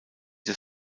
des